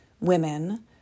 women